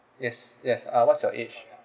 yes yes uh what's your age